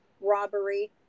robbery